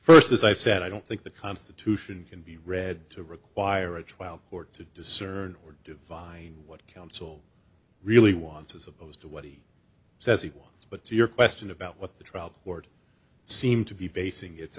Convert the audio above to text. first as i said i don't think the constitution can be read to require a trial court to discern or divine what counsel really wants as opposed to what he says he wants but to your question about what the trial court seemed to be basing